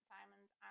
Simon's